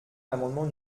l’amendement